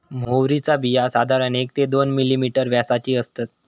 म्होवरीची बिया साधारण एक ते दोन मिलिमीटर व्यासाची असतत